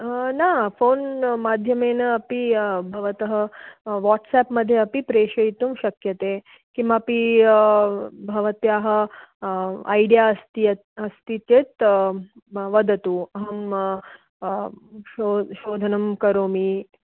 न फ़ोन माध्यमेन अपि भवतः वाट्सप्प मध्ये अपि प्रेषयितुं शक्यते किमपि भवत्याः ऐडिया अस्ति चेत् म वदतु अहं शो शोधनं करोमि